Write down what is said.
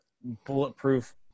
bulletproof